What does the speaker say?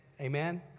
Amen